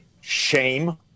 shame